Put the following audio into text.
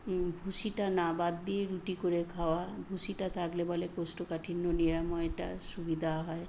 ভুষিটা না বাদ দিয়ে রুটি করে খাওয়া ভুষিটা থাকলে বলে কোষ্ঠকাঠিন্য নিরাময়টা সুবিধা হয়